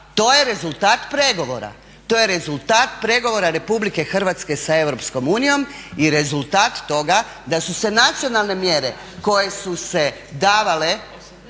to je rezultat pregovora Republike Hrvatske sa Europskom unijom i rezultat toga da su se nacionalne mjere koje su se davale